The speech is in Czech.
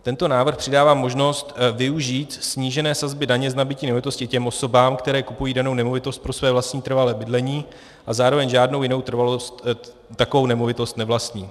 Tento návrh přidává možnost využít snížené sazby daně z nabytí nemovitosti těm osobám, které kupují danou nemovitost pro své vlastní trvalé bydlení a zároveň žádnou jinou takovou nemovitost nevlastní.